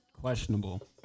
questionable